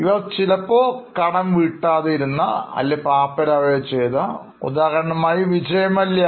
ഇവർ ചിലപ്പോൾ കടം വീട്ടാതെ ഇരുന്നാൽ അല്ലെങ്കിൽ പാപ്പരാവുക യോ ചെയ്താൽ ഉദാഹരണമായി Vijay Mallya